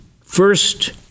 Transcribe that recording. first